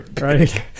right